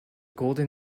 golden